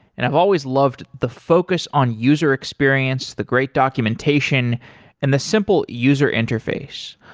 and i've always loved the focus on user experience, the great documentation and the simple user interface.